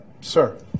sir